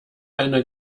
einer